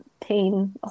pain